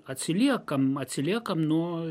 atsiliekam atsiliekam nuo